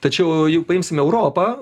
tačiau jeigu paimsim europą